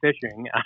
fishing